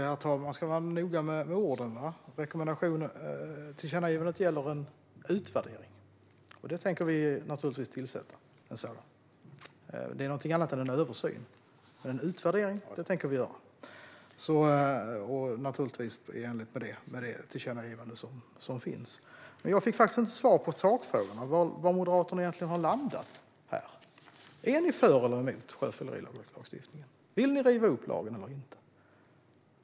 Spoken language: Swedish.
Herr talman! Låt oss vara noggranna med orden. Tillkännagivandet gäller en utvärdering, och den tänker vi naturligtvis tillsätta. Det är något annat än en översyn. Men en utvärdering tänker vi göra - naturligtvis i enlighet med det tillkännagivande som finns. Jag fick faktiskt inte svar på sakfrågorna. Var har Moderaterna egentligen landat? Är ni för eller emot sjöfyllerilagstiftningen? Vill ni riva upp lagen eller inte?